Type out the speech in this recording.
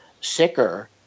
sicker